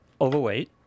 overweight